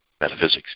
metaphysics